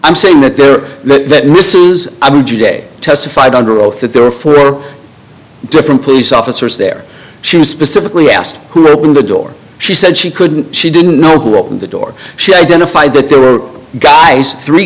i'm saying that there that this is a me today testified under oath that there were four different police officers there she was specifically asked who opened the door she said she couldn't she didn't know who opened the door she identified that there were guys three